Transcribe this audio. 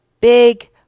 big